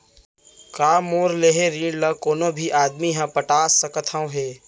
का मोर लेहे ऋण ला कोनो भी आदमी ह पटा सकथव हे?